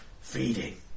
feeding